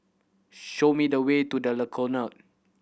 show me the way to The Colonnade